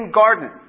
garden